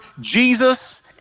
Jesus